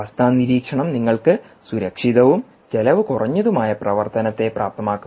അവസ്ഥ നിരീക്ഷണം നിങ്ങൾക്ക് സുരക്ഷിതവും ചെലവ് കുറഞ്ഞതുമായ പ്രവർത്തനത്തെ പ്രാപ്തമാക്കും